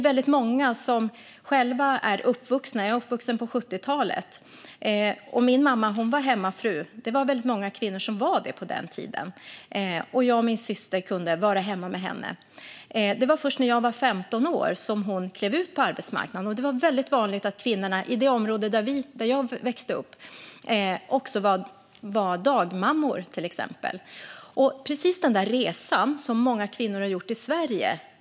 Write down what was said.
Jag själv är uppvuxen på 70-talet. Min mamma var hemmafru. Det var väldigt många kvinnor som var det på den tiden. Jag och min syster kunde vara hemma med henne. Det var först när jag var 15 år som hon klev ut på arbetsmarknaden. Det var väldigt vanligt att kvinnorna i det område där jag växte upp också var till exempel dagmammor. Det är precis den resan som många kvinnor har gjort i Sverige.